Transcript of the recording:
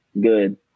good